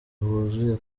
bwuzuye